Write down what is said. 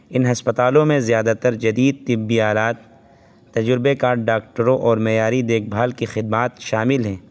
ان ہسپتالوں میں زیادہ تر جدید طبی آلات تجربے کار ڈاکٹروں اور معیاری دیکھ بھال کی خدمات شامل ہیں